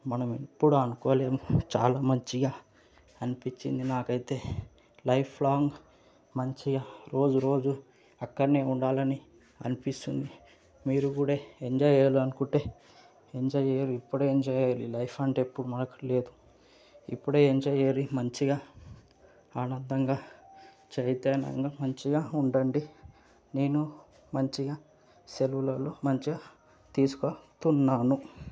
మనం ఎప్పుడు అనుకోలేము చాలా మంచిగా అనిపించింది నాకైతే లైఫ్ లాంగ్ మంచిగా రోజురోజు అక్కడనే ఉండాలని అనిపిస్తుంది మీరు కూడా ఎంజాయ్ చేయలనుకుంటే ఎంజాయ్ చేయురి ఇప్పుడైన చేయాలి లైఫ్ అంటే ఎప్పుడు మార్చలేదు ఇప్పుడే ఎం చేయురి మంచిగా ఆనందంగా చైతన్యంగా మంచిగా ఉండండి నేను మంచిగా సెలవులలో మంచిగా తీసుకోతున్నాను